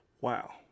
Wow